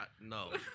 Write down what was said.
No